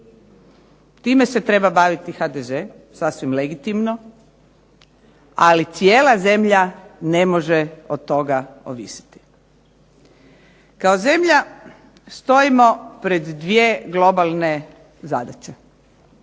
Time se treba baviti HDZ sasvim legitimno, ali cijela zemlja ne može od toga ovisiti. Kao zemlja stojimo pred dvije globalne zadaće.